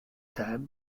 times